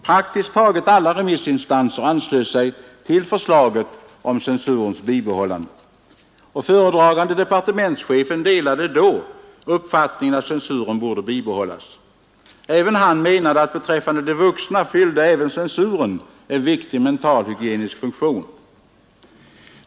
Praktiskt taget alla remissinstanser anslöt sig till förslaget om censurens bibehållande. Föredragande departementschefen delade då "uppfattningen att censuren borde bibehållas. Även han menade att beträffande vuxna fyllde censuren en viktig mentalhygienisk funktion.